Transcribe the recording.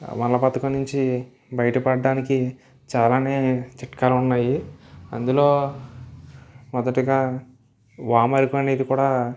మల బద్ధకం నుంచి బయటపడడానికి చాలా చిట్కాలు ఉన్నాయి అందులో మొదటిగా వాము అనేది కూడా